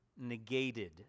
negated